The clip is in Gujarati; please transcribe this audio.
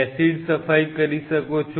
એસિડ સફાઈ કરી શકો છો